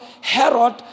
Herod